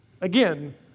Again